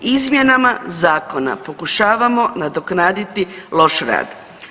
Izmjenama zakona pokušavamo nadoknaditi loš rad.